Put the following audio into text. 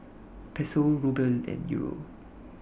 Peso Ruble and Euro